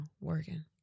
working